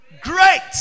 great